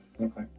Okay